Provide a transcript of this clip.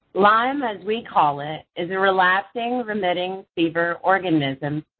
lyme, as we call it, is a relapsing remitting fever organism.